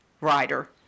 rider